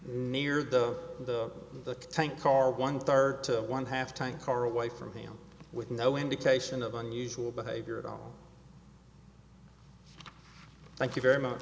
near the the tank car one third to one half tank car away from him with no indication of unusual behavior at all thank you very much